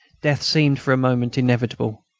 death seemed for a moment inevitable.